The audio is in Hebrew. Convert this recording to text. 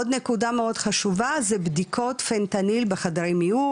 עוד נקודה מאוד חשובה זה בדיקות פנטניל בחדרי מיון,